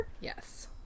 Yes